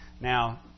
Now